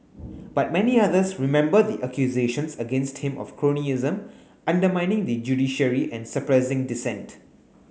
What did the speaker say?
but many others remember the accusations against him of cronyism undermining the judiciary and suppressing dissent